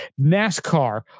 NASCAR